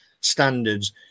standards